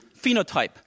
phenotype